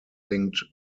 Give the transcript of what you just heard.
linked